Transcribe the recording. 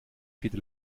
viele